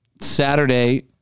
Saturday